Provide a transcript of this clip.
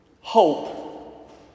Hope